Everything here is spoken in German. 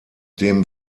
dem